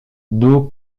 d’où